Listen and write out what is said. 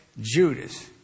Judas